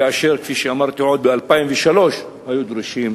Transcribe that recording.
כאשר כפי שאמרתי, עוד ב-2003 היו דרושים